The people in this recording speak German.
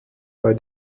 bei